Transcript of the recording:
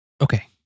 okay